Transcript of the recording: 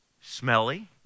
Smelly